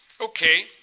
Okay